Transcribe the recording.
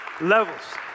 levels